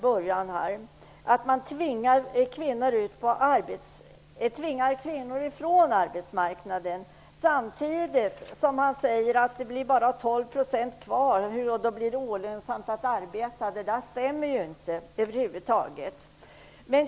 Han sade att man tvingar bort kvinnor från arbetsmarknaden, samtidigt som han sade att det bara blir 12 % kvar och att det då blir olönsamt att arbeta. Det stämmer över huvud taget inte.